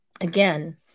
again